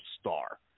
star